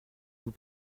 vous